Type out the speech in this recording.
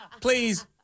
please